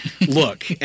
look